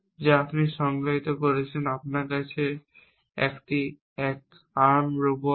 যা আপনি সংজ্ঞায়িত করেছেন আপনার কাছে একটি এক আর্ম রোবো আছে